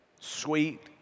Sweet